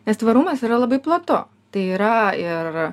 nes tvarumas yra labai platu tai yra ir